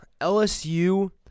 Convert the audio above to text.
LSU